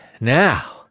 Now